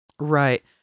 Right